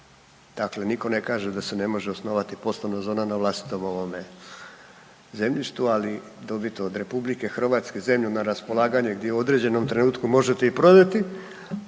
Dakle, niko ne kaže da se ne može osnovati poslovna zona na vlastitom zemljištu, ali dobiti od RH zemlju na raspolaganje gdje u određenom trenutku možete i prodati,